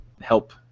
help